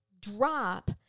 drop